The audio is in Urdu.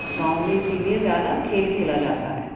گاؤں میں اسی لیے زیادہ کھیل کھیلا جاتا ہے